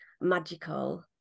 magical